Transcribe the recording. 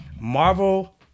Marvel